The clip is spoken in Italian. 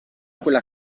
quella